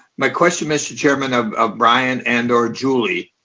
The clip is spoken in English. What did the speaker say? my question, mr. chairman of ah brian and or julie,